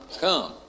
come